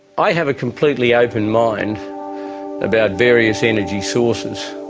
i have a completely open mind about various energy sources,